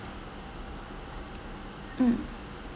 mm